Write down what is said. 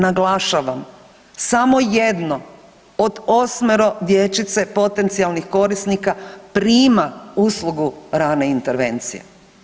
Naglašavam samo jedno od osmero dječice potencijalnih korisnika prima uslugu rane intervencije.